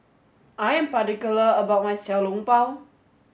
I am particular about my Xiao Long Bao